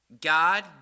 God